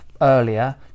earlier